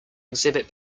exhibit